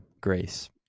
grace